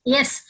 Yes